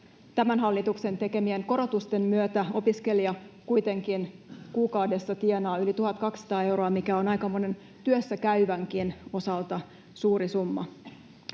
tämän hallituksen tekemien korotusten myötä opiskelija kuitenkin tienaa yli 1 200 euroa kuukaudessa, mikä on aika monen työssäkäyvänkin osalta suuri summa.